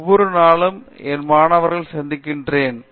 ஒவ்வொரு நாளும் என் மாணவர்களை சந்திக்கிறேன்